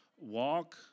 Walk